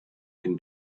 can